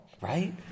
right